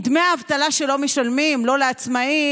מדמי האבטלה שלא משלמים לא לעצמאים,